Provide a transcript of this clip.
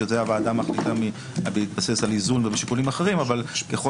שהוועדה מחליטה להתבסס על איזון ושיקולים אחרים אבל ככל